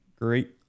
Great